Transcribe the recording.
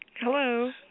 Hello